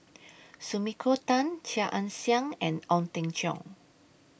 Sumiko Tan Chia Ann Siang and Ong Teng Cheong